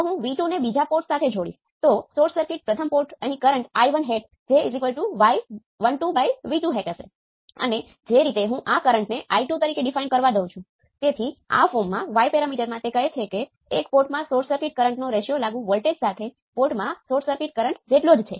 હવે જો op amp સાથે બદલવાનું હોય છે